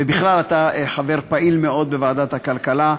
ובכלל אתה חבר פעיל מאוד בוועדת הכלכלה.